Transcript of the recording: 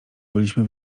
byliśmy